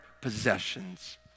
possessions